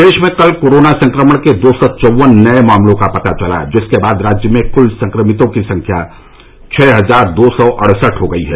प्रदेश में कल कोरोना संक्रमण के दो सौ चौवन नए मामलों का पता चला जिसके बाद राज्य में कुल संक्रमितों की संख्या छः हजार दो सौ अड़सठ हो गई है